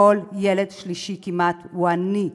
כמעט כל ילד שלישי הוא עני.